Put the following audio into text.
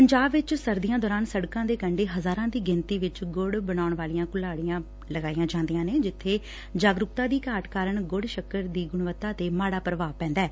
ਪੰਜਾਬ ਵਿਚ ਸਰਦੀਆਂ ਦੌਰਾਨ ਸੜਕਾਂ ਦੇ ਕੰਢੇ ਹਜ਼ਾਰਾਂ ਦੀ ਗਿਣਤੀ ਵਿੱਚ ਗੁੜ ਬਣਾਉਣ ਵਾਲੀਆਂ ਘੁਲਾਤੀਆਂ ਲਗਾਈਆਂ ਜਾਂਦੀਆਂ ਨੇ ਜਿਥੇ ਜਾਗਰੂਕਤਾ ਦੀ ਘਾਟ ਕਾਰਨ ਗੁੜ ਸ਼ੱਕਰ ਦੀ ਗੁਣਵੱਤਾ ਤੇ ਮਾੜਾ ਪ੍ਭਾਵ ਪੈਂਦੈ